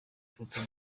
ifoto